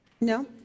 No